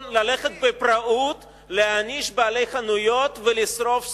ללכת בפראות להעניש בעלי חנויות ולשרוף סחורה?